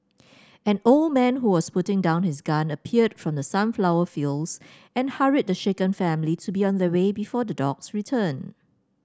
an old man who was putting down his gun appeared from the sunflower fields and hurried the shaken family to be on their way before the dogs return